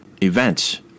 events